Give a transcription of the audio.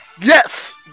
yes